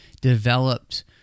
developed